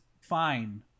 fine